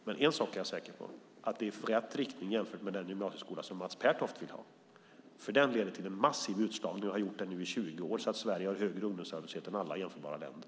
Men en sak är jag säker på, nämligen att det är rätt riktning jämfört med den gymnasieskola som Mats Pertoft vill ha, för den leder till en massiv utslagning och har gjort det i 20 år, så att Sverige har högre ungdomsarbetslöshet än alla jämförbara länder.